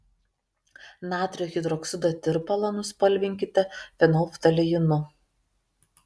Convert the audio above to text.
natrio hidroksido tirpalą nuspalvinkite fenolftaleinu